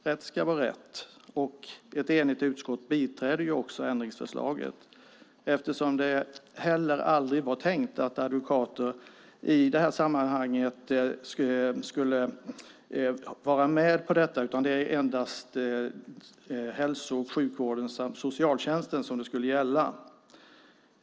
Rätt ska vara rätt, och ett enigt utskott biträder ändringsförslaget, eftersom det aldrig var tänkt att advokater i det här sammanhanget skulle vara med på detta. Det var endast hälso och sjukvården samt socialtjänsten som det skulle gälla.